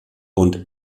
und